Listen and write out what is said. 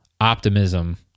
optimism